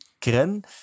Kren